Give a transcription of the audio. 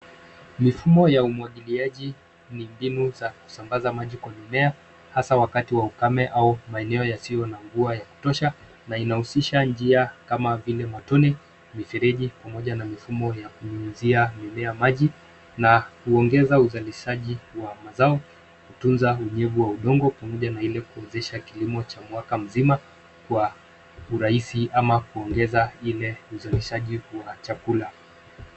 Mifumo ya umwagiliaji ni mbinu za kusambaza maji kwa mimea, hasa wakati wa ukame au maeneo yasio na mvua ya kutosha, na inahusisha njia kama vile, matone, mifereji, pamoja na mifumo ya kunyunyizia mimea maji, na uongeza uzalishaji wa mazao, hutunza unyevu wa udongo, pamoja na ile kuwezesha kilimo cha mwaka mzima, kwa urahisi ama kuongeza ile uzalishaji wa chakula.